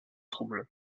trouble